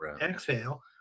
exhale